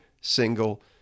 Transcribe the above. single